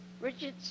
Richard